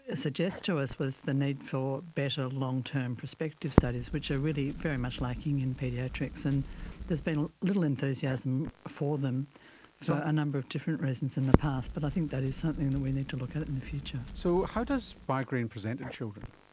ah suggest to us was the need for better long-term prospective studies, which are really very much lacking in paediatrics, and there has been little enthusiasm for them so a number of different reasons in the past, but i think that is something and that we need to look at at in the future. so how does migraine present in children?